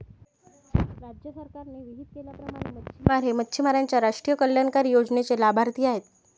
राज्य सरकारने विहित केल्याप्रमाणे मच्छिमार हे मच्छिमारांच्या राष्ट्रीय कल्याणकारी योजनेचे लाभार्थी आहेत